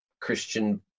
Christian